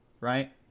right